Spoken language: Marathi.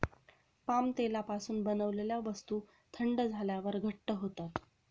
पाम तेलापासून बनवलेल्या वस्तू थंड झाल्यावर घट्ट होतात